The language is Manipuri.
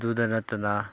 ꯑꯗꯨꯗ ꯅꯠꯇꯅ